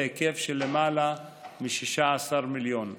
בהיקף של למעלה מ-16 מיליון שקלים.